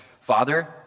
father